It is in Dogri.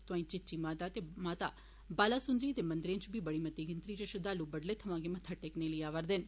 तोआई चीची माता ते माता बालासुंदरी दे मंदरें च बी मती गिनतरी च श्रद्वालु बडलै थमां गै मत्था टेकने लेई आ'रदे न